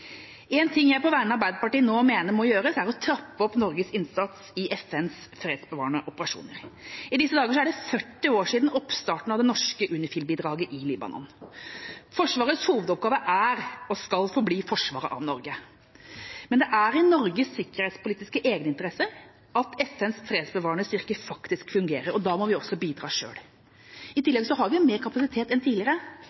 en treffende strategi. Boka het i hvert fall «Hva må gjøres?» Så, hva må gjøres i norsk utenrikspolitikk? Én ting jeg på vegne av Arbeiderpartiet nå mener må gjøres, er å trappe opp Norges innsats i FNs fredsbevarende operasjoner. I disse dager er det 40 år siden oppstarten av det norske UNIFIL-bidraget i Libanon. Forsvarets hovedoppgave er og skal forbli forsvaret av Norge. Men det er i Norges sikkerhetspolitiske egeninteresse at FNs fredsbevarende styrker faktisk fungerer. Da må vi